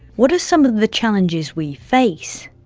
what are some of the challenges we face?